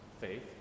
faith